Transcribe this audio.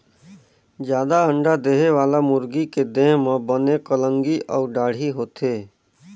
जादा अंडा देहे वाला मुरगी के देह म बने कलंगी अउ दाड़ी होथे